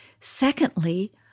Secondly